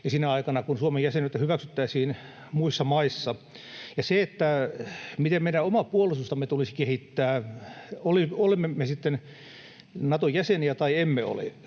ja sinä aikana, kun Suomen jäsenyyttä hyväksyttäisiin muissa maissa? Ja miten meidän omaa puolustustamme tulisi kehittää, olemme me sitten Naton jäseniä tai emme ole,